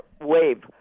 wave